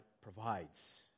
provides